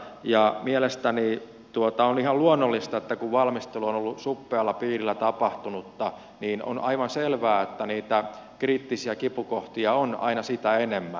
ja mielestäni on ihan luonnollista että kun valmistelu on ollut suppealla piirillä tapahtunutta niin on aivan selvää että niitä kriittisiä kipukohtia on aina sitä enemmän